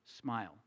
smile